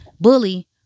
bully